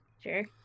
Sure